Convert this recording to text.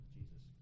Jesus